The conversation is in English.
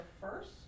first